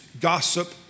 Gossip